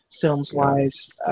films-wise